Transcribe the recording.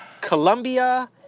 Colombia